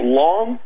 long